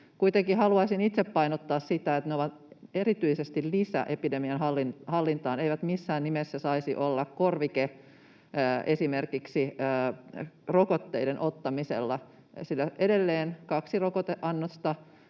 Kuitenkin haluaisin itse painottaa sitä, että ne ovat erityisesti lisä epidemian hallintaan, eivät missään nimessä saisi olla korvike esimerkiksi rokotteiden ottamiselle, sillä edelleen kaksi rokoteannosta